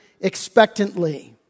expectantly